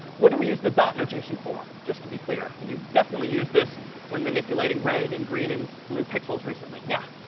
what do we use the dot notation for just to be clear? and you definitely use this when manipulating red and green and blue pixels recently. yeah.